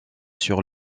sur